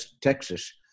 Texas